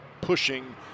pushing